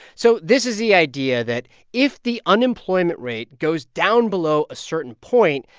so this is the idea that if the unemployment rate goes down below a certain point,